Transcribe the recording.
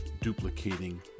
duplicating